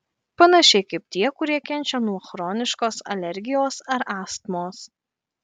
panašiai kaip tie kurie kenčia nuo chroniškos alergijos ar astmos